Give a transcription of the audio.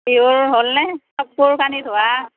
বিহুৰ হ'লনে কাপোৰ কানি ধুৱা